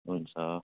हुन्छ